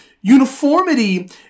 Uniformity